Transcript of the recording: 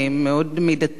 מאוד מידתיים,